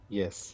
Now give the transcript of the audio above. yes